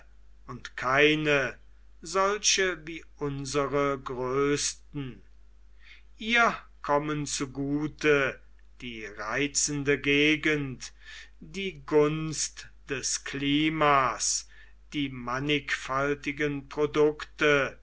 und keine solche wie unsere größten ihr kommen zugute die reizende gegend die gunst des klimas die mannigfaltigen produkte